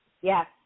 Yes